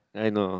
I know